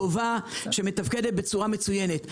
טובה ומתפקדת בצורה מצוינת.